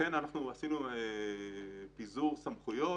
עשינו פיזור סמכויות.